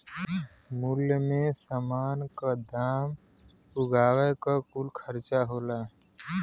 मूल्य मे समान क दाम उगावे क कुल खर्चा होला